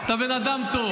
אתה בן אדם טוב.